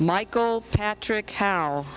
michael patrick how